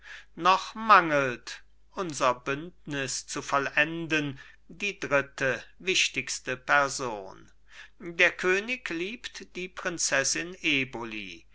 noch mangelt unser bündnis zu vollenden die dritte wichtigste person der könig liebt die prinzessin eboli